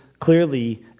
clearly